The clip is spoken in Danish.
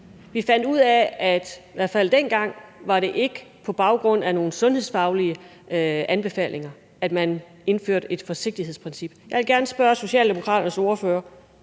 vi fandt ud af, at det i hvert fald dengang ikke var på baggrund af nogle sundhedsfaglige anbefalinger at man indførte et forsigtighedsprincip. Jeg vil gerne spørge Socialdemokraternes ordfører: